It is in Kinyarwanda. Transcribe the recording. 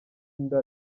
inda